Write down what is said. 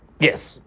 Yes